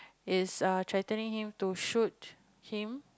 is threatening him to shoot him